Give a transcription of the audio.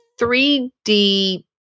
3D